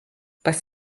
pas